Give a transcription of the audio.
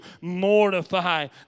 mortify